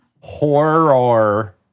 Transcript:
Horror